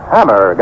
Hammer